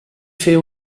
fer